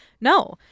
No